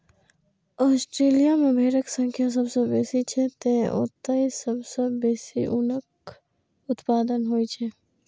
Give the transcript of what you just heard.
Australia मे भेड़क संख्या सबसं बेसी छै, तें ओतय सबसं बेसी ऊनक उत्पादन होइ छै